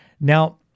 Now